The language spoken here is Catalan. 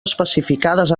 especificades